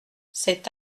cet